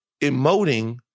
emoting